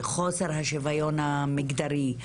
חוסר השיוויון המגדרי,